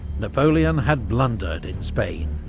napoleon had blundered in spain.